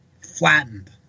flattened